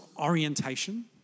orientation